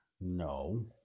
No